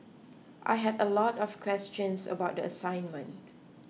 I had a lot of questions about the assignment